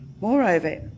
Moreover